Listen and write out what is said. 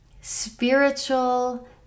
spiritual